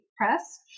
Press